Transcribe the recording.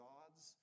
God's